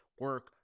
Work